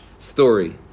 story